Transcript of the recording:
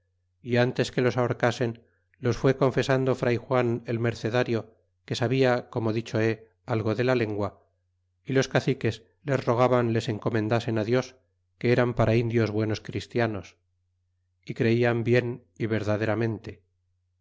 y ntes que los ahorcasen los fué confesando fray juan el mercenario que sabia como dicho he algo de la lengua y los caciques les rogaban les encomendasen dios que eran para indios buenos christianos y creian bien y verdaderamente